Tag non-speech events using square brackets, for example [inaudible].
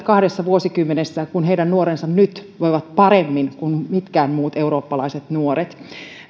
[unintelligible] kahdessa vuosikymmenessä kun heidän nuorensa nyt voivat paremmin kuin mitkään muut eurooppalaiset nuoret